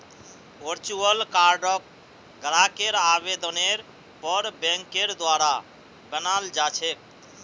virtual कार्डक ग्राहकेर आवेदनेर पर बैंकेर द्वारा बनाल जा छेक